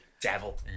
devil